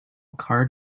card